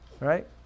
right